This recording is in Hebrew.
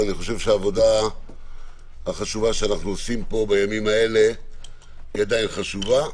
אבל אני חושב שהעבודה שאנחנו עושים פה בימים האלה היא עדיין חשובה,